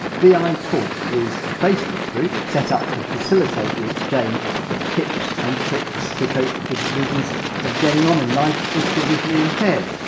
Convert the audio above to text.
vi talk is a facebook group set up to facilitate the exchange of tips and tricks to cope with the business of getting on in life if you're visually impaired.